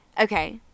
okay